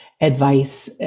advice